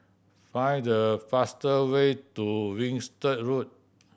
find the faster way to Winstedt Road